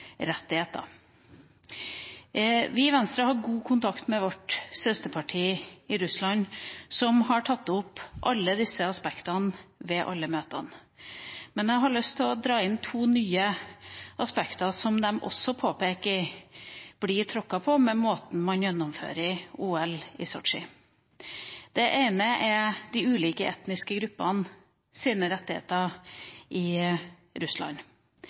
Vi i Venstre har god kontakt med vårt søsterparti i Russland, som har tatt opp alle disse aspektene i alle våre møter med dem. Men jeg har lyst til å dra inn to nye aspekter som de også påpeker blir tråkket på ved gjennomføringa av OL i Sotsji. Det ene er de ulike etniske gruppenes rettigheter i Russland.